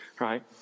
right